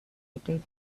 rotating